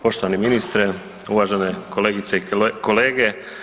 Poštovani ministre, uvažene kolegice i kolege.